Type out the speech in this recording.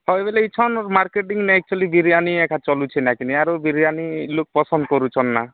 ହଇ ବୋଲେ ଇଠନ୍ ମାର୍କେଟିଂ ନେଇ ଥିଲି ବିରିୟାନୀ ଏକା ଚଳୁଛି ନାଇ କି ନା ଆରୁ ବିରିୟାନୀ ଲୋକ ପସନ୍ଦ କରୁଛନ୍ ନା